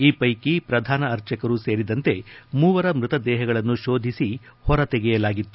ಈ ಪೈಕಿ ಪ್ರಧಾನ ಅರ್ಚಕರು ಸೇರಿದಂತೆ ಮೂವರ ಮೃತದೇಹಗಳನ್ನು ಶೋಧಿಸಿ ಹೊರತೆಗೆಯಲಾಗಿತ್ತು